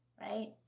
right